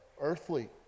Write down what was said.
earthly